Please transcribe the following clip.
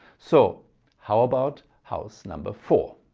so how about house number four?